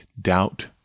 doubt